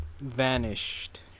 vanished